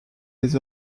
les